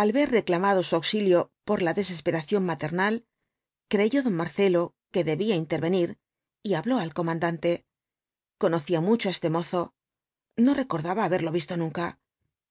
al ver reclamado su auxilio por la desesperación maternal creyó don marcelo que debía intervenir y habló al comandante conocía mucho á este mozo no recordaba haberlo visto nunca